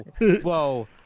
Whoa